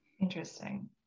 Interesting